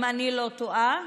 אם אני לא טועה,